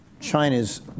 China's